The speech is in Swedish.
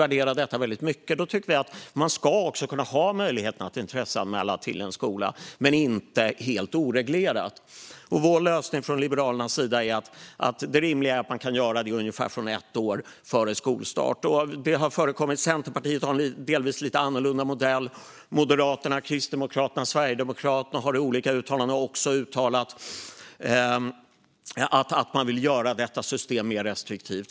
Värderar man detta mycket ska man ha möjlighet att anmäla intresse till en skola men inte helt oreglerat. Liberalernas lösning är att det är rimligt att man kan göra det från ungefär ett år före skolstart. Centerpartiet har en delvis lite annorlunda modell, och Moderaterna, Kristdemokraterna och Sverigedemokraterna har också uttalat att de vill göra systemet mer restriktivt.